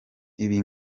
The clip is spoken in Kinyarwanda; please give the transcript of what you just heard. ibi